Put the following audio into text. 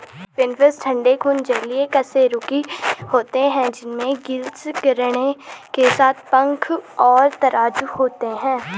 finfish ठंडे खून जलीय कशेरुकी होते हैं जिनमें गिल्स किरणों के साथ पंख और तराजू होते हैं